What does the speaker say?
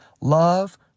love